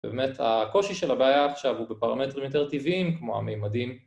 ‫באמת הקושי של הבעיה עכשיו ‫הוא בפרמטרים יותר טבעיים, כמו המימדים.